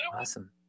Awesome